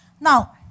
now